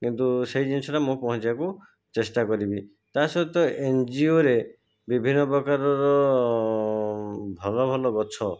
କିନ୍ତୁ ସେଇ ଜିନିଷଟା ମୁଁ ପହଁଞ୍ଚିବାକୁ ଚେଷ୍ଟା କରିବି ତାହା' ସହିତ ଏନ୍ ଜି ଓ ରେ ବିଭିନ୍ନ ପ୍ରକାରର ଭଲ ଭଲ ଗଛ